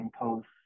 posts